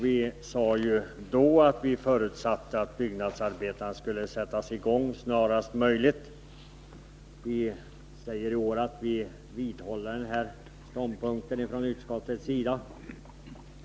Vi sade då att vi förutsatte att byggnadsarbetena skulle sättas i gång snarast möjligt. Vi säger i år att vi från utskottets sida vidhåller denna ståndpunkt.